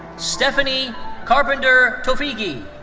stephanie carpenter tofighi.